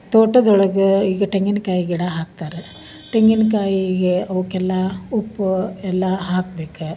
ತೋಟದ ಒಳಗೆ ಈಗ ತೆಂಗಿನಕಾಯಿ ಗಿಡ ಹಾಕ್ತಾರೆ ತೆಂಗಿನಕಾಯಿಗೆ ಅವ್ಕೆಲ್ಲ ಉಪ್ಪು ಎಲ್ಲ ಹಾಕ್ಬೇಕು